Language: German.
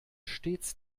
stets